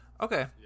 Okay